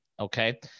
Okay